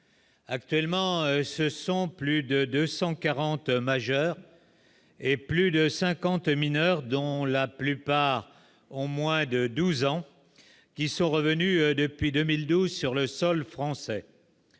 actuellement, ce sont plus de 240 majeur et plus de 50 mineurs dont la plupart ont moins de 12 ans qui sont revenus depuis 2012 sur le sol français,